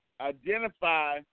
identify